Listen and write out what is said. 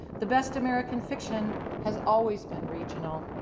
the best american fiction has always been regional.